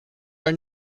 are